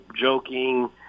joking –